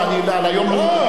לא,